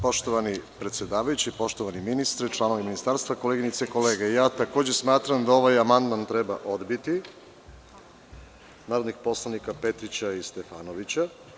Poštovani predsedavajući, poštovani ministre, članovi ministarstva, koleginice i kolege, takođe smatram da ovaj amandman treba odbiti narodnih poslanika Petrića i Stefanovića.